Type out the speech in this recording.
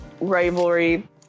rivalry